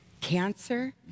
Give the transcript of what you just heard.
cancer